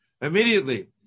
immediately